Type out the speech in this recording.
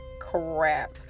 crap